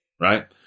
right